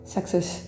Success